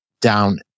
down